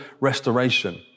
restoration